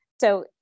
so-